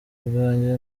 bwanjye